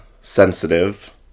sensitive